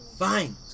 Fine